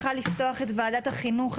לפתוח את ישיבת ועדת החינוך,